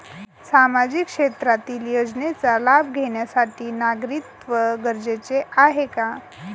सामाजिक क्षेत्रातील योजनेचा लाभ घेण्यासाठी नागरिकत्व गरजेचे आहे का?